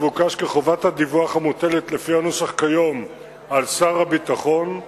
מבוקש כי חובת הדיווח המוטלת לפי הנוסח כיום על שר הביטחון,